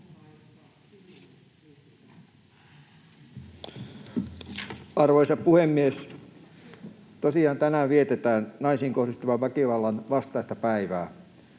Arvoisa puhemies! Tosiaan tänään vietetään naisiin kohdistuvan väkivallan vastaista päivää.